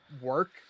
work